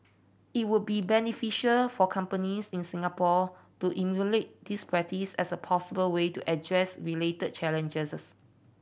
it would be beneficial for companies in Singapore to emulate this practice as a possible way to address related challenges